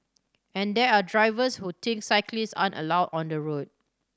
and there are drivers who think cyclists aren't allowed on the road